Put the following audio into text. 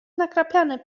nakrapiany